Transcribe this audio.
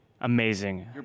amazing